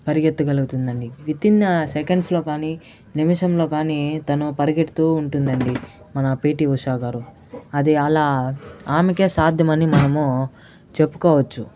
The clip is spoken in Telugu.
పరిగెత్తగలుగుతుంది అండి విత్ ఇన్ సెకండ్స్ లో కాని నిమిషంలో కాని తను పరిగెడుతూ ఉంటుందండి మన పిటి ఉషా గారు అది అలా ఆమెకే సాధ్యమని మనము చెప్పుకోవచ్చు